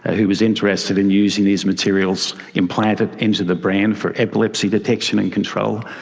who was interested in using these materials implanted into the brain for epilepsy detection and control.